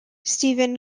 stephen